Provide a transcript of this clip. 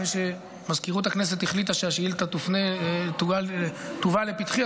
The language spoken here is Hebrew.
אחרי שמזכירות הכנסת החליטה שהשאילתה תובא לפתחי,